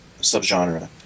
subgenre